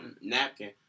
napkin